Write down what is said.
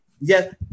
Yes